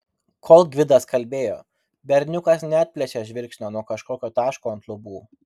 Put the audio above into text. kol gvidas kalbėjo berniukas neatplėšė žvilgsnio nuo kažkokio taško ant lubų